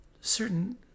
certain